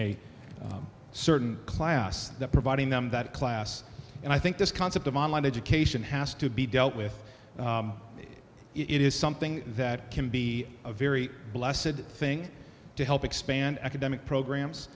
a certain class that providing them that class and i think this concept of online education has to be dealt with that it is something that can be a very blasted thing to help expand academic programs